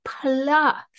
plus